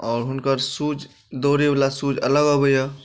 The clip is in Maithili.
आओर हुनकर शूज दौड़ैवला शूज अलग अबैए